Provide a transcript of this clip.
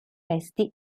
resti